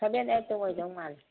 seven ꯑꯩꯠꯇ ꯑꯣꯏꯗꯧ ꯃꯥꯜꯂꯤ